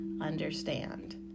understand